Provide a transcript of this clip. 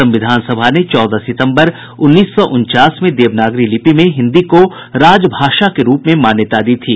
संविधान सभा ने चौदह सितंबर उन्नीस सौ उनचास में देवनागरी लिपि में हिन्दी को राजभाषा के रूप में मान्यता दी थी